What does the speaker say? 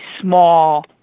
small